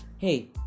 Hey